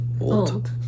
old